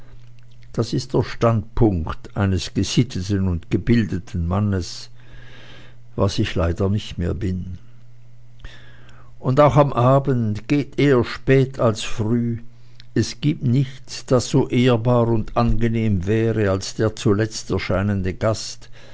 das ist der standpunkt eines gesitteten und gebildeten mannes was ich leider nicht mehr bin und auch am abend gehet eher spät als früh es gibt nichts das so ehrbar und angenehm wäre als der zuletzt erscheinende gast